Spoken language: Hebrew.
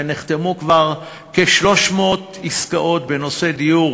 ונחתמו כבר כ-300 עסקאות בנושא דיור